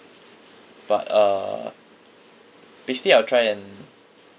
but uh basically I'll try and